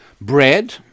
bread